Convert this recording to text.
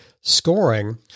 scoring